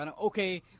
Okay